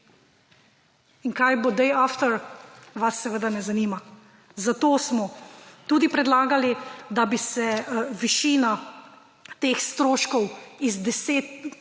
In kaj bo »day after«, vas seveda ne zanima. Zato smo tudi predlagali, da bi se višina teh stroškov iz 10,